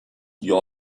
your